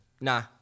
Nah